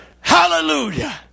Hallelujah